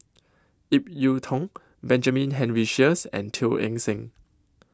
Ip Yiu Tung Benjamin Henry Sheares and Teo Eng Seng